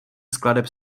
skladeb